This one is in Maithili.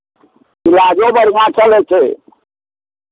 इलाजो बढ़िआँ चलै छै